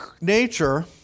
nature